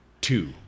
two